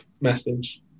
message